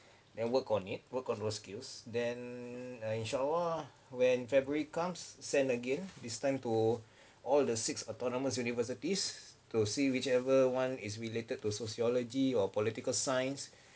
then work on it work on those skills then inshallah when february comes send again this time to all the six autonomous universities to see whichever one is related to sociology or political science